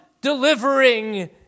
delivering